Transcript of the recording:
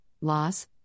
loss